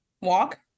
Walk